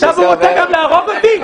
עכשיו הוא רוצה גם להרוג אותי?